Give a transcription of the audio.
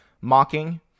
mocking